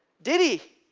did he?